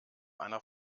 einer